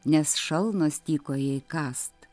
nes šalnos tykoja įkąst